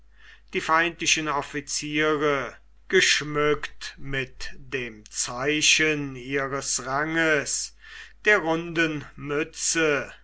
die feindlichen offiziere geschmückt mit dem zeichen ihres ranges der runden mütze